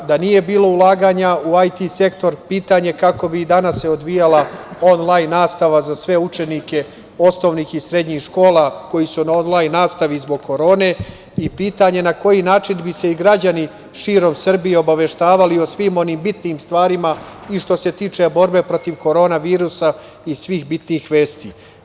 Da nije bilo ulaganja u IT sektor pitanje kako bi se danas odvijala onlajn nastava za sve učenike osnovnih i srednjih škola, koji su na onlajn nastavi zbog Korone, i pitanje na koji način bi se i građani širom Srbije obaveštavali o svim bitnim stvarima i što se tiče borbe protiv korona virusa i svih bitnih vesti.